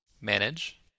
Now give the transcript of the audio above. Manage